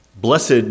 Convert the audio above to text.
blessed